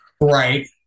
Right